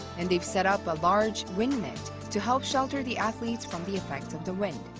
and they've set up a large wind net to help shelter the athletes from the effects of the wind.